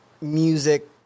music